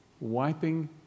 wiping